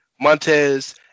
Montez